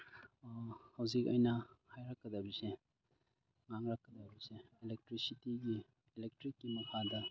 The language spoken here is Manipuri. ꯍꯧꯖꯤꯛ ꯑꯩꯅ ꯍꯥꯏꯔꯛꯀꯗꯕꯁꯦ ꯉꯥꯡꯂꯛꯀꯗꯕꯁꯦ ꯑꯦꯂꯦꯛꯇ꯭ꯔꯤꯛꯁꯤꯇꯤꯒꯤ ꯑꯦꯂꯦꯛꯇ꯭ꯔꯤꯛꯀꯤ ꯃꯈꯥꯗ